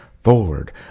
forward